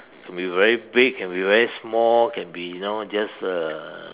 can be very big can be very small can be you know just uh